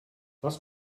was